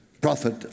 prophet